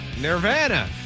Nirvana